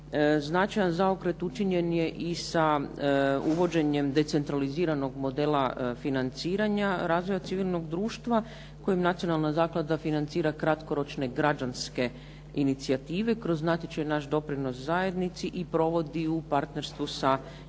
Značajan zaokret učinjen je i sa uvođenjem decentraliziranog modela financiranja razvoja civilnog društva kojim Nacionalna zaklada financira kratkoročne građanske inicijative kroz natječaj nas doprinos zajednici i provodi u partnerstvu sa četiri